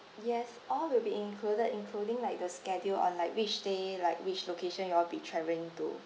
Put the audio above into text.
yes all will be included including like the schedule on like which day like which location you all be travelling